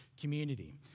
community